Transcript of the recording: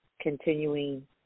continuing